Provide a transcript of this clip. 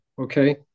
okay